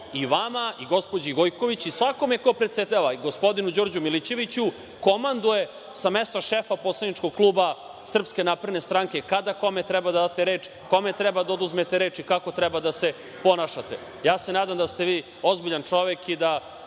i vama i gospođi Gojković i svakome ko predsedava i gospodinu Đorđu Milićeviću komanduje sa mesta šefa poslaničkog kluba SNS kada kome treba da date reč, kome treba da oduzmete reč i kako treba da se ponašate. Ja se nadam da ste vi ozbiljan čovek i da